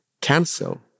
cancel